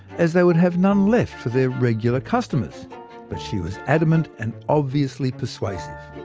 as they would have none left for their regular customers but she was adamant and obviously persuasive.